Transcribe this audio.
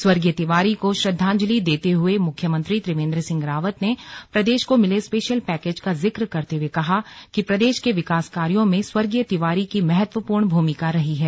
स्वर्गीय तिवारी को श्रद्वांजलि देते हुए मुख्यमंत्री त्रिवेंद्र सिंह रावत ने प्रदेश को मिले स्पेशल पैकेज का जिक्र करते हुए कहा कि प्रदेश के विकास कार्यों में स्वर्गीय तिवारी की महत्वपूर्ण भूमिका रही है